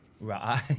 Right